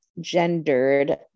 gendered